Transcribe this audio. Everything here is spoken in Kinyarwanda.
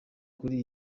kuri